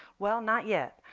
well, not yet.